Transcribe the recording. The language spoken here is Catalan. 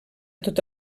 tot